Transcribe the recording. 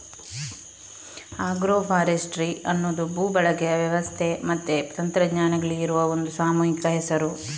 agro forestry ಅನ್ನುದು ಭೂ ಬಳಕೆಯ ವ್ಯವಸ್ಥೆ ಮತ್ತೆ ತಂತ್ರಜ್ಞಾನಗಳಿಗೆ ಇರುವ ಒಂದು ಸಾಮೂಹಿಕ ಹೆಸರು